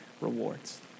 rewards